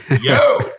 Yo